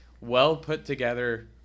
well-put-together